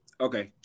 okay